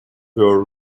were